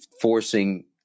forcing